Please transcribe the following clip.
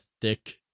thick